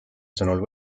sõnul